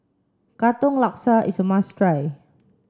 Katong Laksa is a must try